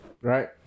Right